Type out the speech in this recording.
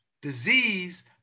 disease